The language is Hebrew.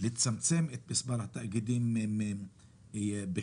לצמצם את מספר התאגידים בחצי,